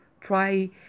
try